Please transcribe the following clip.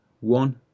one